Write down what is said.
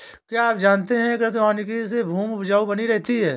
क्या आप जानते है कृषि वानिकी से भूमि उपजाऊ बनी रहती है?